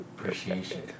Appreciation